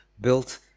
built